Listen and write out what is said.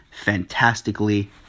fantastically